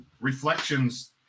reflections